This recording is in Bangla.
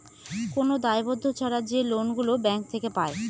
কোন দায়বদ্ধ ছাড়া যে লোন গুলো ব্যাঙ্ক থেকে পায়